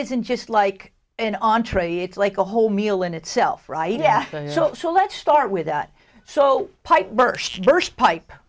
isn't just like an entre it's like a whole meal in itself right yeah so let's start with so pipe